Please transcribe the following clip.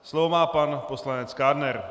Slovo má pan poslanec Kádner.